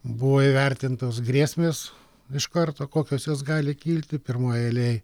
buvo įvertintos grėsmės iš karto kokios jos gali kilti pirmoj eilėj